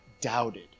doubted